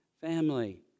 family